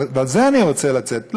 ונגד זה אני רוצה לצאת,